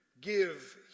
give